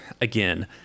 again